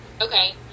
Okay